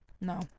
No